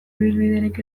ibilbiderik